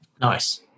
Nice